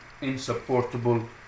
insupportable